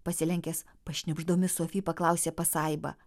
pasilenkęs pašnibždomis sofi paklausė pasaiba